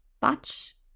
batch